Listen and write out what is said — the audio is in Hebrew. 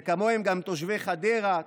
וכמוהם גם תושבי חדרה,